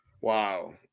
Wow